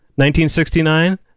1969